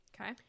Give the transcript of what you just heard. okay